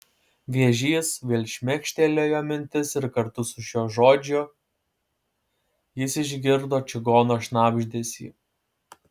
vėžys vėl šmėkštelėjo mintis ir kartu su šiuo žodžiu jis išgirdo čigono šnabždesį